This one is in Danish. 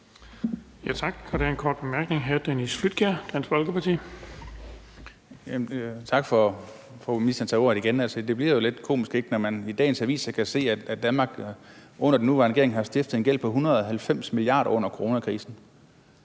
Tak for, at ministeren tager ordet igen. Det bliver jo lidt komisk, når man i dagens aviser kan se, at Danmark under den nuværende regering har stiftet en gæld på 190 mia. kr. under coronakrisen,